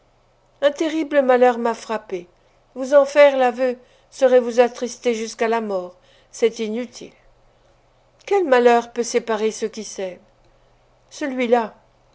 un terrible malheur m'a frappée vous en faire l'aveu serait vous attrister jusqu'à la mort c'est inutile quel malheur peut séparer ceux qui s'aiment celui-là